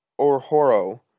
Orhoro